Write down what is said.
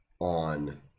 on